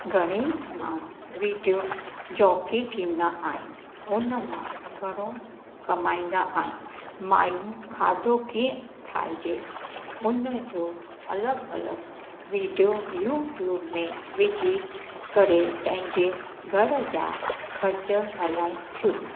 घणाइ माण्हू video jockey थींदा आहिनि उन मां घणो कमाईंदा आहिनि मायूं खाधो कीअं ठाहिजे उन जो अलॻि अलॻि विडियो यूट्यूब में विझी करे पंहिंजे घर जा ख़र्च हलाईनि थियूं